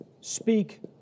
speak